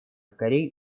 скорее